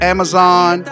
Amazon